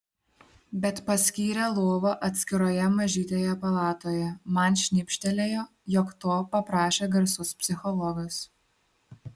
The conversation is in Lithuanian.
bet paskyrė lovą atskiroje mažytėje palatoje man šnibžtelėjo jog to paprašė garsus psichologas